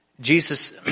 Jesus